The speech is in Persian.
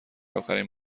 اخرین